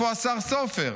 איפה השר סופר?